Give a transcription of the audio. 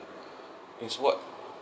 it's what